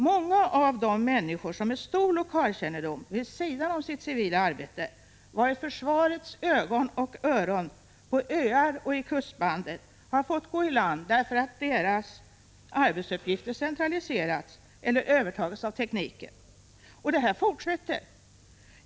Många av de människor som, med stor lokalkännedom, vid sidan om sitt civila arbete varit försvarets ögon och öron på öar och i kustbandet har fått gå i land därför att deras arbetsuppgifter centraliserats eller övertagits av tekniken. Och detta fortsätter.